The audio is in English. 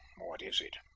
what is it?